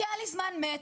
כי היה לי זמן מת,